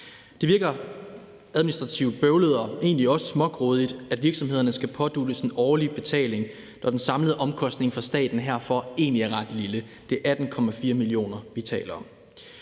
Det virker administrativt bøvlet og egentlig også smågrådigt, at virksomhederne skal påduttes en årlig betaling, når den samlede omkostning for staten herfor egentlig er ret lille. Det er 18,4 mio. kr., vi taler om,